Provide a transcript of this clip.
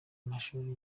amashuri